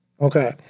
Okay